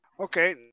Okay